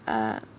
uh